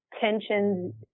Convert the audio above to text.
tensions